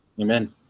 Amen